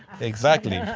exactly. yeah